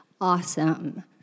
Awesome